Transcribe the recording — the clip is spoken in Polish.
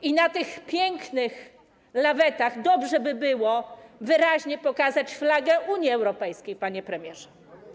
I na tych pięknych lawetach dobrze by było wyraźnie pokazać flagę Unii Europejskiej, panie premierze.